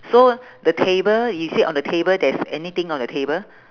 so the table you see on the table there's anything on the table